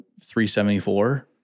374